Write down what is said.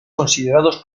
considerados